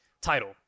Title